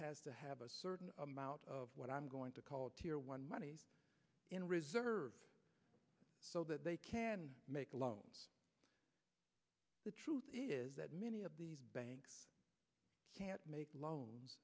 have a certain amount of what i'm going to call a tier one money in reserve so that they can make a loan the truth is that many of these banks can't make loans